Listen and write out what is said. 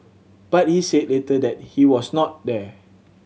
but he said later that he was not there